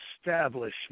establishment